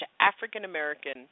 African-American